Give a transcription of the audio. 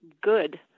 good